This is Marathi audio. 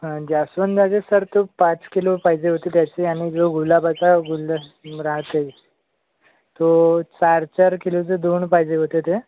हा जास्वंदाचे सर तो पाच किलो पाहिजे होते त्याचे आणि जो गुलाबाचा गुलदस्त राहते तो चार चार किलोचं दोन पाहिजे होते ते